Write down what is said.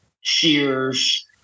shears